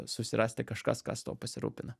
susirasti kažkas kas tuo pasirūpina